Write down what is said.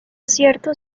cierto